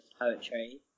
poetry